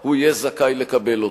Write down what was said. הוא יהיה זכאי לקבל אותו.